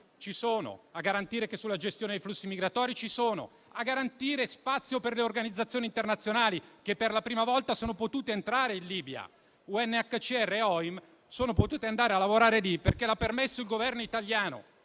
ci sono; a garantire che sulla gestione dei flussi migratori ci sono; a garantire spazio per le organizzazioni internazionali, che per la prima volta sono potute entrare in Libia: UNHCR e OIM hanno potuto lavorare lì perché l'ha permesso il Governo italiano.